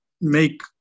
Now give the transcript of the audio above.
make